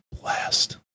blast